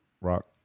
Rock